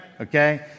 Okay